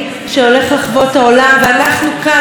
כאן בישראל ובכל המזרח התיכון,